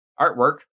artwork